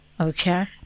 okay